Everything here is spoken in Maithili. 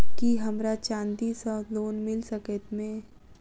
की हमरा चांदी सअ लोन मिल सकैत मे?